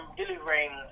delivering